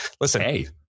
Listen